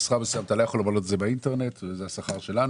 בשכר מסוים אתה לא יכול למלא באינטרנט וזה השכר שלנו.